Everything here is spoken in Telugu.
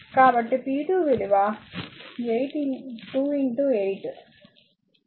కాబట్టి p2 విలువ 2 8 16 వాట్స్ పవర్ గ్రహించబడుతుంది